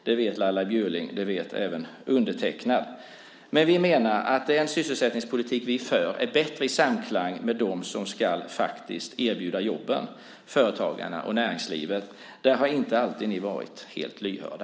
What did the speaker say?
Det vet Laila Bjurling, och det vet jag. Vi menar att den sysselsättningspolitik vi för är bättre i samklang med dem som ska erbjuda jobben, företagarna och näringslivet. Där har ni inte alltid varit lyhörda.